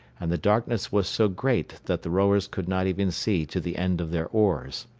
and the darkness was so great that the rowers could not even see to the end of their oars.